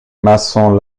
maçons